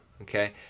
Okay